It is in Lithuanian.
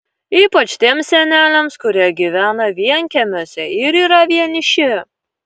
ypač tiems seneliams kurie gyvena vienkiemiuose ir yra vieniši